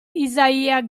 isaiah